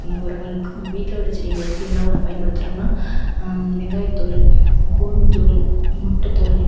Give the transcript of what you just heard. உரங்களுக்கு வீட்டில் உள்ள செடிங்களுக்கு என்ன உரம் பயன்படுத்துகிறோம்னா வெங்காயத்தோல் இந்த பூண்டுத்தோல் முட்டைத்தோல்